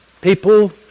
people